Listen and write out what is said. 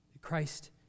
Christ